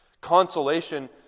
Consolation